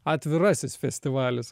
atvirasis festivalis